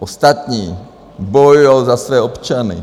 Ostatní bojují za své občany.